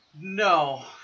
No